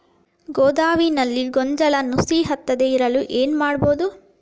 ಗೋದಾಮಿನಲ್ಲಿ ಗೋಂಜಾಳ ನುಸಿ ಹತ್ತದೇ ಇರಲು ಏನು ಮಾಡುವುದು?